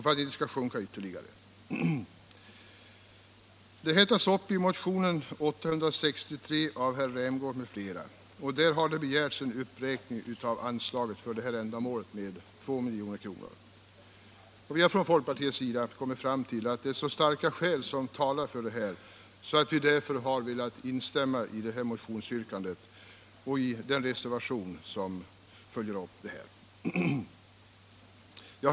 Detta krav tas upp i motionen 863 av herr Rämgård m.fl. Där har begärts en uppräkning av anslaget för detta ändamål med 2 milj.kr. Vi har från folkpartiets sida kommit fram till att så starka skäl talar för denna uppräkning att vi har velat instämma i motionsyrkandet och i den reservation som följer upp detta krav.